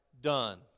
done